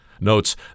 notes